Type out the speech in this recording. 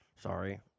Sorry